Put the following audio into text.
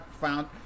found